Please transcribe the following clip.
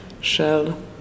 shell